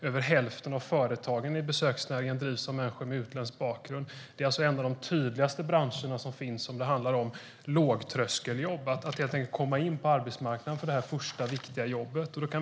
Över hälften av företagen i besöksnäringen drivs av människor med utländsk bakgrund. Branschen är ett av de tydligaste exemplen när det handlar om lågtröskeljobb, alltså det där första viktiga jobbet för att komma in på arbetsmarknaden.